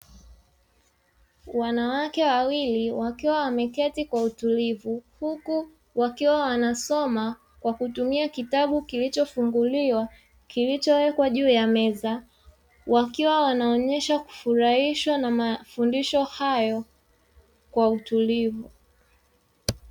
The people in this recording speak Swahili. Wanawake wawili wakiwa wameketi kwa utulivu huku wakiwa wanasoma kwa kutumia kitabu kilichofunguliwa kilichowekwa juu ya meza wakiwa wanaonyesha kufurahishwa na mafundisho hayo kwa utulivu.